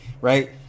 Right